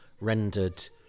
rendered